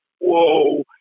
whoa